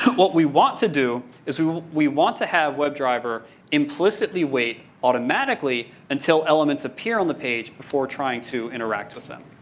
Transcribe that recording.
what we want to do is we want to have webdriver implicitly wait, automatically, until elements appear on the page before trying to interact with them.